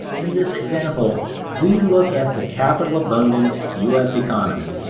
in this example we look at the capital abundant us economy,